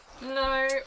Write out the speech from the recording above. No